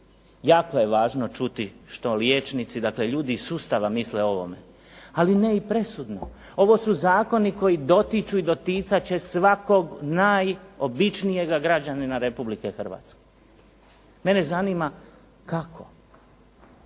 Jako je važno čuti što liječnici, dakle ljudi iz sustava misle o ovome, ali ne i presudno. Ovo su zakoni koji dotiču i doticat će svakog najobičnijega građanina Republike Hrvatske. Mene zanima kako.